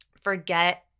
forget